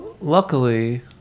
Luckily